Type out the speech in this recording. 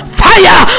fire